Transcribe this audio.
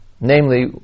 namely